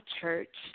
church